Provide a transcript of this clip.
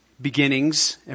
Beginnings